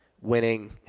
winning